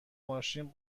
ماشین